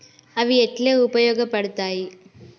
అవి ఎట్లా ఉపయోగ పడతాయి?